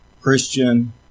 Christian